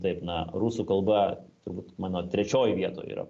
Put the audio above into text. taip na rusų kalba turbūt mano trečioj vietoj yra